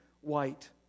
white